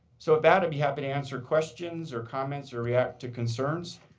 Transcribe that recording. so, with that, i'd be happy to answer questions or comments or react to concerns.